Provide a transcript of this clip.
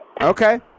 Okay